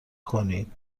کنید